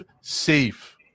safe